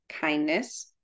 kindness